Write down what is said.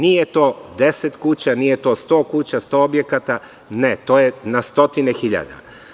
Nije to deset kuća, nije to 100 kuća, 100 objekata, to je na stotine hiljada.